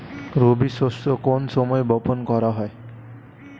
রবি শস্য কোন সময় বপন করা হয়?